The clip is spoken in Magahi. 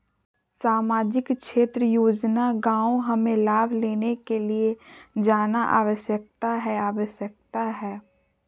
सामाजिक क्षेत्र योजना गांव हमें लाभ लेने के लिए जाना आवश्यकता है आवश्यकता है?